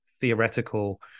theoretical